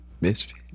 Misfit